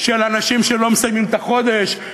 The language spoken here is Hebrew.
של אנשים שלא מסיימים את החודש,